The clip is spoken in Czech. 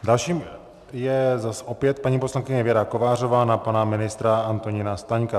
Další je opět paní poslankyně Věra Kovářová na pana ministra Antonína Staňka.